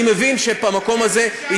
אז אני מבין שבמקום הזה, שישה מקומות.